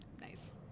Nice